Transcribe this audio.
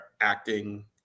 acting